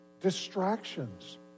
distractions